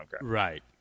Right